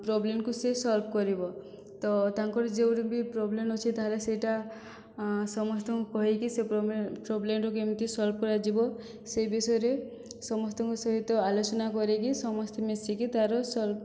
ପ୍ରବ୍ଲେମକୁ ସେ ସଲ୍ଭ କରିବ ତ ତାଙ୍କର ଯେଉଁ ବି ପ୍ରବ୍ଲେମ ଅଛି ତାହେଲେ ସେଇଟା ସମସ୍ତଙ୍କୁ କହିକି ସେ ପ୍ରବ୍ଲେମ ପ୍ରବ୍ଲେମଟାକୁ କେମିତି ସଲ୍ଭ କରାଯିବ ସେଇ ବିଷୟରେ ସମସ୍ତଙ୍କ ସହିତ ଆଲୋଚନା କରିକି ସମସ୍ତେ ମିଶିକି ତାର ସଲ୍ଭ